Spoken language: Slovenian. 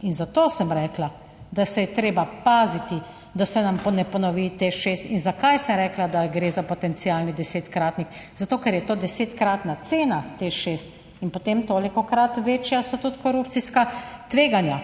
In zato sem rekla, da se je treba paziti, da se nam ne ponovi Teš 6. In zakaj sem rekla, da gre za potencialni desetkratnik? Zato, ker je to desetkratna cena Teš 6 in potem tolikokrat večja so tudi korupcijska tveganja.